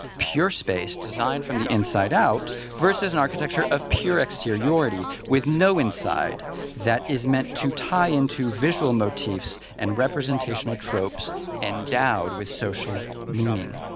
pure space, designed from the inside out, versus an architecture of pure exteriority, with no inside that is meant to tie into visual motifs and representational tropes endowed with social meaning.